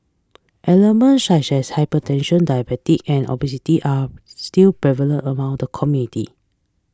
ailments such as hypertension diabetes and obesity are still prevalent among the community